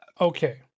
Okay